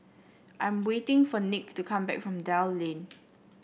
I'm waiting for Nick to come back from Dell Lane